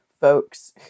folks